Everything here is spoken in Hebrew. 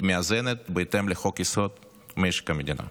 מאזנת בהתאם לחוק-יסוד: משק המדינה.